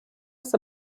ist